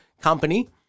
company